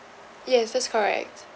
yes that's correct